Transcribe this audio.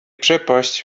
przepaść